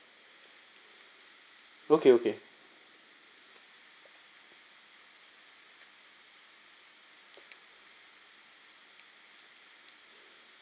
okay okay